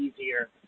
easier